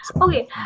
Okay